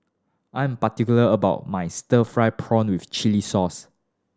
I'm particular about my stir fried prawn with chili sauce